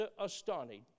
astonished